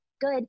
good